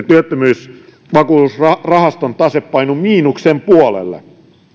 työttömyysvakuutusrahaston tase painui miinuksen puolelle